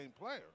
player